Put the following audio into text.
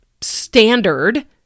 standard